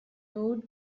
nude